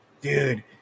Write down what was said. Dude